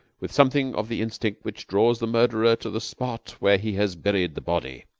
with something of the instinct which draws the murderer to the spot where he has buried the body,